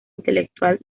intelectual